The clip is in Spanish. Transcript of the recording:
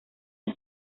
una